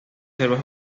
selvas